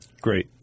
Great